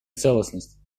целостность